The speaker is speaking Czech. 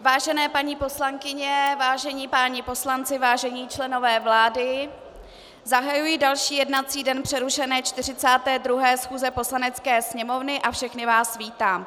Vážené paní poslankyně, vážení páni poslanci, vážení členové vlády, zahajuji další jednací den přerušené 42. schůze Poslanecké sněmovny a všechny vás vítám.